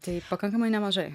tai pakankamai nemažai